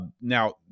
Now